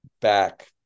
back